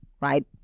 right